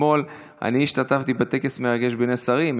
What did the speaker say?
אתמול אני השתתפתי בטקס מרגש בנס הרים.